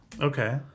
Okay